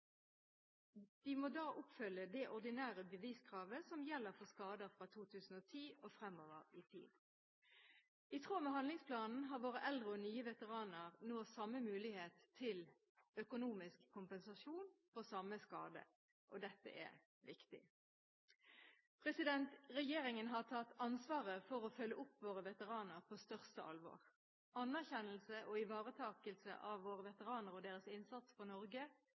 De må da oppfylle det ordinære beviskravet som gjelder for skader fra 2010 og fremover i tid. I tråd med handlingsplanen har våre eldre og nye veteraner nå samme mulighet til økonomisk kompensasjon for samme skade. Dette er viktig. Regjeringen har tatt ansvaret for å følge opp våre veteraner på største alvor. Anerkjennelse og ivaretakelse av våre veteraner og deres innsats for Norge